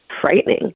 frightening